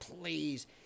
please